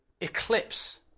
eclipse